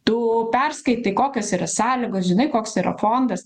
tu perskaitai kokios yra sąlygos žinai koks yra fondas